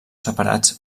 separats